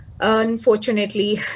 Unfortunately